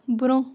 برٛونٛہہ